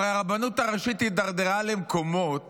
הרי הרבנות הראשית התדרדרה למקומות